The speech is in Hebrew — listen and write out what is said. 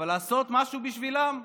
אבל לעשות משהו בשבילם,